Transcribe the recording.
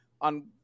on